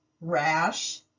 rash